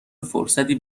فرصتی